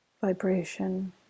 vibration